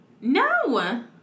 No